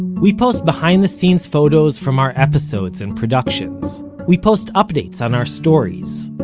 we post behind the scenes photos from our episodes and productions, we post updates on our stories,